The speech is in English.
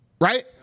Right